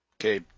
Okay